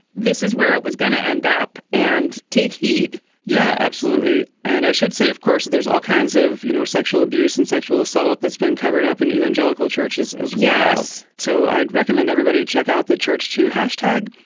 this is where it was going to end up and take heed yeah, absolutely. and i should say, of course, there's all kinds of, you know, sexual abuse and sexual assault that's been covered up in and evangelical churches as. yes. so i'd recommend everybody check out the church to hashtag.